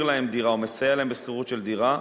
להם דירה או מסייע להם בשכירות של דירה,